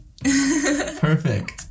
Perfect